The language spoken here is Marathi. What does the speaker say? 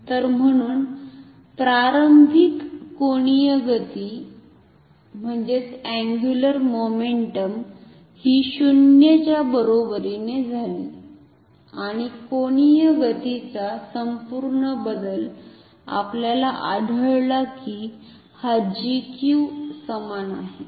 तर म्हणून प्रारंभिक कोणीय गती हि 0 च्या बरोबरीने झाली आणि कोनीय गतीचा संपूर्ण बदल आपल्याला आढळला की हा GQ समान आहे